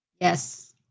Yes